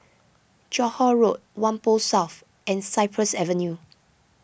Johore Road Whampoa South and Cypress Avenue